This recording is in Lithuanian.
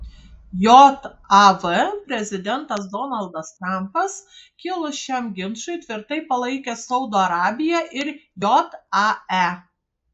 jav prezidentas donaldas trampas kilus šiam ginčui tvirtai palaikė saudo arabiją ir jae